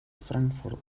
fráncfort